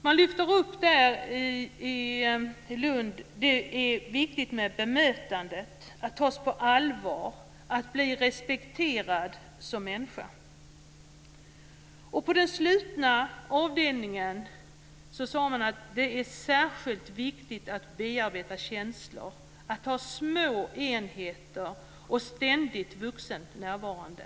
Man framhöll i Lund att det är viktigt med bemötandet, att de intagna tas på allvar och blir respekterade som människor. På den slutna avdelningen sade man att det är särskilt viktigt att bearbeta känslor, att ha små enheter och en vuxen ständigt närvarande.